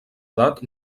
edat